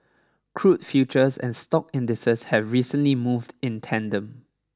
crude futures and stock indices have recently moved in tandem